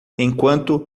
enquanto